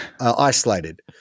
isolated